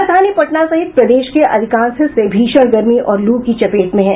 राजधानी पटना सहित प्रदेश के अधिकांश हिस्से भीषण गर्मी और लू की चपेट में है